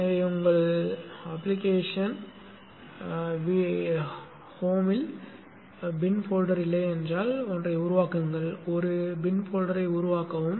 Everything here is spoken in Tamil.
எனவே உங்கள் பயனர் வீட்டில் பின் போல்டெர் இல்லை என்றால் ஒன்றை உருவாக்குங்கள் ஒரு பின் போல்டெரை உருவாக்கவும்